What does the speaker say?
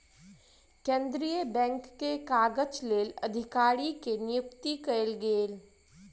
केंद्रीय बैंक के काजक लेल अधिकारी के नियुक्ति कयल गेल